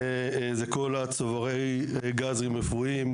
זה כל צוברי הגזים הרפואיים,